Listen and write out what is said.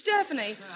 Stephanie